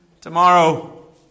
tomorrow